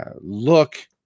look